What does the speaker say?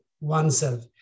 oneself